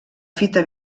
fita